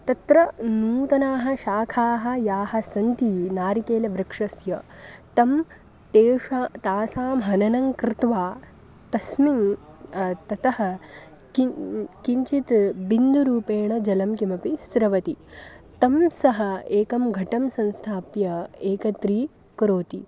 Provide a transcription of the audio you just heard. तत्र नूतनाः शाखाः याः सन्ति नारिकेलवृक्षस्य ताः तासां तासां हननं कृत्वा तस्मिन् ततः किञ्चित् किञ्चित् बिन्दुरूपेण जलं किमपि स्रवति तत् सः एकं घटं संस्थाप्य एकत्रीकरोति